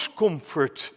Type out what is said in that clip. comfort